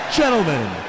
gentlemen